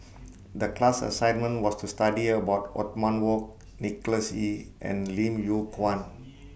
The class assignment was to study about Othman Wok Nicholas Ee and Lim Yew Kuan